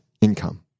income